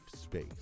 space